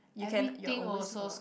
you can you always talk a lot